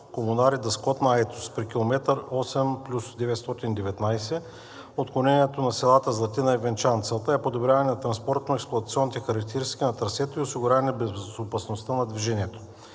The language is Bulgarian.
Комунари – Дъскотна – Айтос при километър 8+919, отклонението за селата Златина и Венчан. Целта е подобряване на транспортно-експлоатационните характеристики на трасето и осигуряване на безопасността на движението.